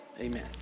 amen